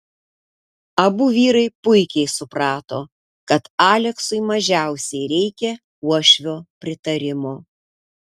abu vyrai puikiai suprato kad aleksui mažiausiai reikia uošvio pritarimo